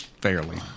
Fairly